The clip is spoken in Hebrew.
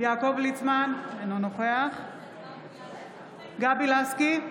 יעקב ליצמן, אינו נוכח גבי לסקי,